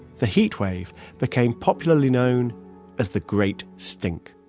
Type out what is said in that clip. the heat wave became popularly known as the great stink